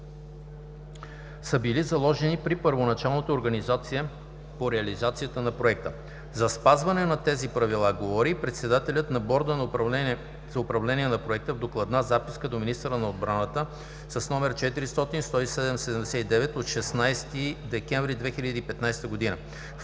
са били заложени при първоначалната организация по реализацията на проекта. За спазване на тези правила говори и председателят на Борда за управление на проекта в докладна записка до министъра на отбраната с рег. № 400-10779/16 декември 2015 г.